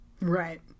right